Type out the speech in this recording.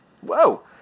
Whoa